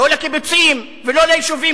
לא לקיבוצים ולא ליישובים,